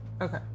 Okay